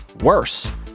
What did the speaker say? worse